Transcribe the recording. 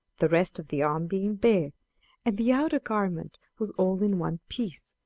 the rest of the arm being bare and the outergarment was all in one piece,